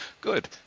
Good